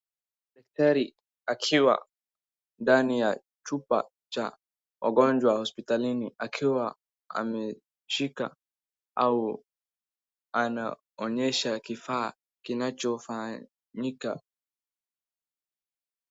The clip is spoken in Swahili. Daktari akiwa ndani ya chupa cha ogonjwa hospitalini akiwa ameshika au anaonyesha kifaa kinachofanyika.